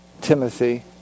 Timothy